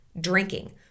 drinking